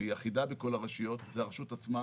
שהיא אחידה בכל הרשויות, זו הרשות עצמה,